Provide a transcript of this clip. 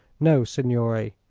no, signore.